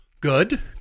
Good